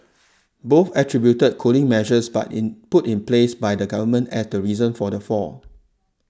both attributed cooling measures but in put in place by the government as the reason for the fall